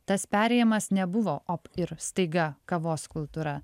tas perėjimas nebuvo op ir staiga kavos kultūra